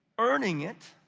earning it,